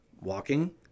walking